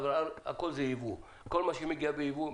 הרי הכול זה ייבוא כל מה שמגיע בייבוא,